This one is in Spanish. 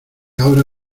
ahora